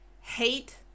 hate